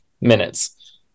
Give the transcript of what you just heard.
minutes